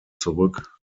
zurück